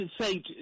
say